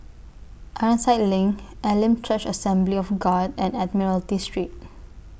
Ironside LINK Elim Church Assembly of God and Admiralty Street